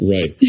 Right